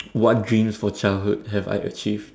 what dreams for childhood have I achieved